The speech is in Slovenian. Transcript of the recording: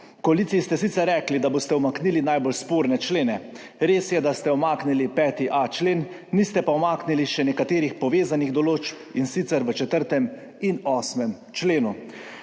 Koaliciji ste sicer rekli, da boste umaknili najbolj sporne člene. Res je, da ste umaknili 5.a člen, niste pa umaknili še nekaterih povezanih določb, in sicer v 4. in 8. členu.